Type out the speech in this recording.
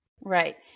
right